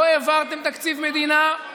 לא העברתם תקציב מדינה,